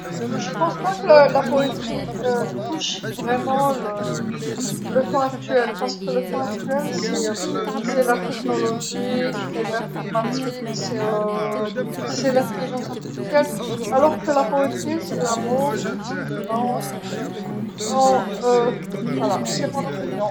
لا أعتقد أن الشعر يمس الزمن الحالي حقًا لأن الوقت الحالي هو هو التكنولوجيا، إنه الحوسبة، إنه إنه الذكاء الاصطناعي، بينما الشعر هو الحب والمشاعر إذن هذا رأيي.